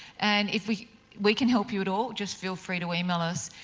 and if we we can help you at all just feel free to email us.